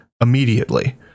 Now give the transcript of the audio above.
immediately